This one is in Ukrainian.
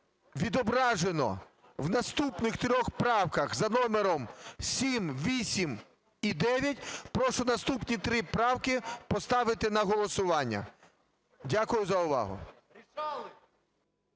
відображено в наступних трьох правках: за номером 7, 8 і 9. Прошу наступні три правки поставити на голосування. Дякую за увагу.